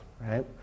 right